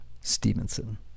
Stevenson